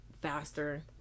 faster